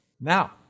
Now